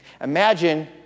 Imagine